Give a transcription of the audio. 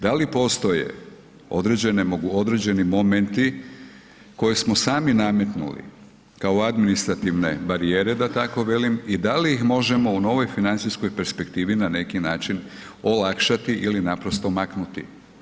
Da li postoje određeni momenti koje smo sami nametnuli kao administrativne barijere da tako velim i da li ih možemo u novoj financijskoj perspektivi olakšati ili naprosto maknuti.